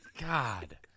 God